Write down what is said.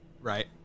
Right